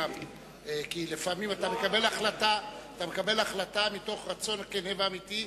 כי לפעמים אתה מקבל החלטה מתוך רצון כן ואמיתי,